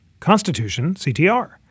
constitutionctr